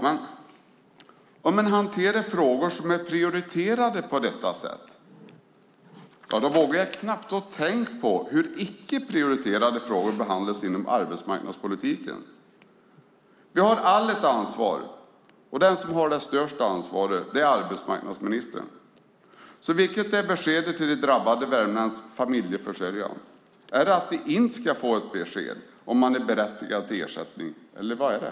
Men om man hanterar frågor som är prioriterade på detta sätt vågar jag knappt tänka på hur icke prioriterade frågor behandlas inom arbetsmarknadspolitiken. Vi har alla ett ansvar, och den som har det största ansvaret är arbetsmarknadsministern. Så vilket är beskedet till de drabbade värmländska familjeförsörjarna? Är det att de inte ska få besked om de är berättigade till ersättning, eller vad är det?